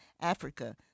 Africa